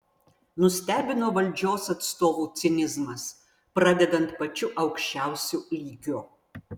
nustebino valdžios atstovų cinizmas pradedant pačiu aukščiausiu lygiu